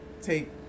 take